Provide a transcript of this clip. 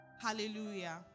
Hallelujah